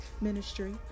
ministry